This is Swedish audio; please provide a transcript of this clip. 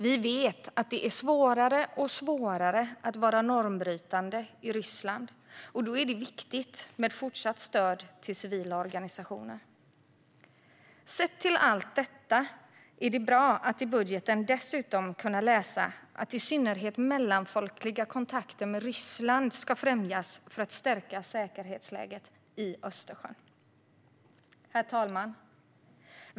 Vi vet att det är svårare och svårare att vara normbrytande i Ryssland, och då är det viktigt med fortsatt stöd till civila organisationer. Sett till allt detta är det bra att i budgeten dessutom kunna läsa att i synnerhet mellanfolkliga kontakter med Ryssland ska främjas för att stärka säkerhetsläget kring Östersjön. Herr talman!